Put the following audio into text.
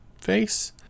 face